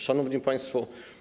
Szanowni Państwo!